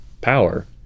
power